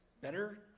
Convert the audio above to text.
better